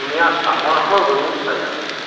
ᱩᱱᱤᱭᱟᱜ ᱥᱟᱢᱚᱨᱛᱷᱚ ᱵᱟᱹᱱᱩᱜ ᱛᱟᱭᱟ